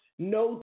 no